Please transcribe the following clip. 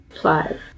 Five